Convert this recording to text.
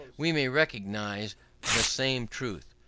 we may recognize the same truth.